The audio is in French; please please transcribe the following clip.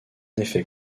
effet